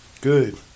Good